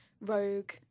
rogue